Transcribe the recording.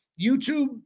YouTube